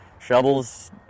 shovels